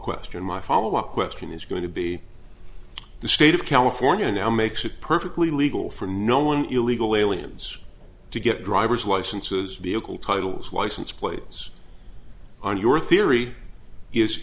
question my follow up question is going to be the state of california now makes it perfectly legal for no illegal aliens to get driver's licenses vehicle titles license plates on your theory